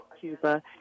Cuba